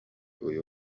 uyu